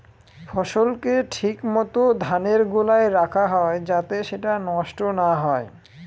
ফসলকে ঠিক মত ধানের গোলায় রাখা হয় যাতে সেটা নষ্ট না হয়